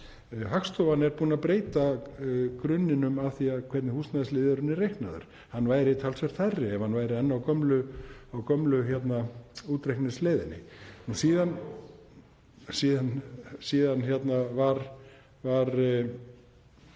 Hagstofan er búin að breyta grunninum að því hvernig húsnæðisliðurinn er reiknaður. Hann væri talsvert hærri ef hann væri enn eftir gömlu útreikningsleiðinni. Síðan var